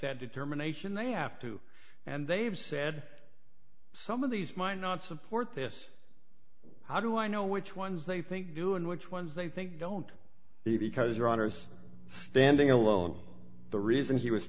that determination they have to and they've said some of these might not support this how do i know which ones they think do and which ones they think don't even because your honour's standing alone the reason he was